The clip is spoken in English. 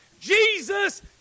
Jesus